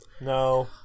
No